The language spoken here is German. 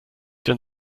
denn